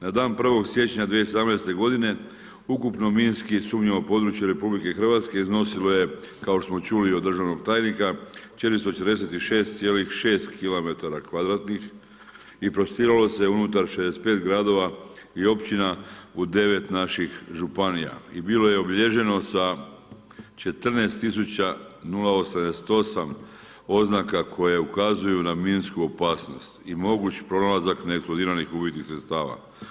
Na dan 1. siječnja 2017. godine ukupno minski sumnjivo područje RH iznosilo je, kao što smo čuli od državnog tajnika, 446,6 kilometara kvadratnih i prostiralo se unutra 65 gradova i općina u 9 naših županija i bilo je obilježeno sa 14 000 0,88 oznaka koje ukazuju na minsku opasnost i moguć pronalazak neeksplodiranih umjetnih sredstava.